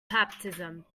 baptism